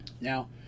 Now